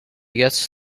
gets